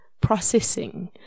processing